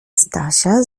stasia